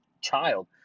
child